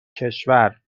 کشور